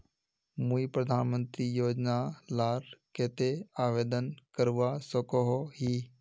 मुई प्रधानमंत्री योजना लार केते आवेदन करवा सकोहो ही?